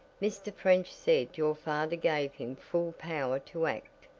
mr. french said your father gave him full power to act,